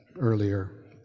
earlier